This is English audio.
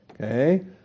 Okay